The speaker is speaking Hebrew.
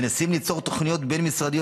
אנחנו מנסים לייצר תוכניות בין-משרדיות